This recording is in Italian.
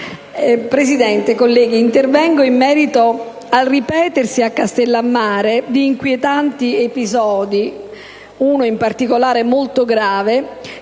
Presidente, onorevoli colleghi, intervengo in merito al ripetersi a Castellammare di Stabia di inquietanti episodi - uno, in particolare, molto grave